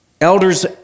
elders